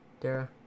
Dara